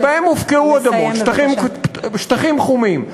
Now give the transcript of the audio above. שבהם הופקעו אדמות, שטחים חומים.